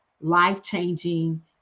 life-changing